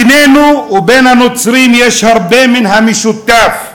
בינינו ובין הנוצרים יש הרבה מן המשותף.